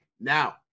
Now